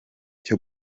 cyo